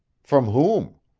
from whom?